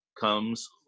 comes